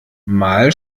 mal